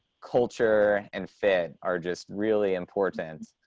culture and fit are just really important.